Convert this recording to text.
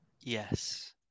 Yes